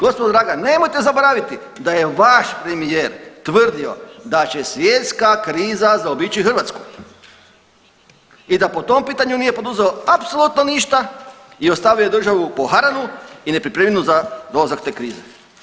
Gospodo draga nemojte zaboraviti da je vaš premijer tvrdio da će svjetska kriza zaobići Hrvatsku i da po tom pitanju nije poduzeo apsolutno ništa i ostavio državu poharanu i nepripremljenu za dolazak te krize.